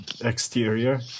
exterior